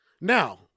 Now